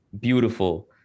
beautiful